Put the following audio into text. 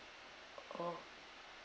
oh